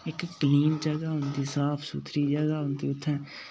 इक क्लीन जगह् होंदी साफ सुथरी जगह् होंदी उत्थै